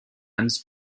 eines